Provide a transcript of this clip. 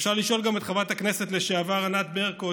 אפשר לשאול גם את חברת הכנסת לשעבר ענת ברקו,